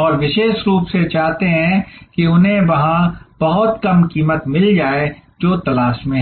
और विशेष रूप से चाहते हैं कि उन्हें वहां बहुत कम कीमत मिल जाए जो कि तलाश में हैं